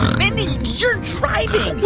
mindy, you're driving